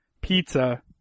pizza